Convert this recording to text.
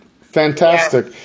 Fantastic